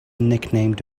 nicknamed